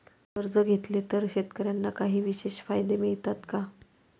कर्ज घेतले तर शेतकऱ्यांना काही विशेष फायदे मिळतात का?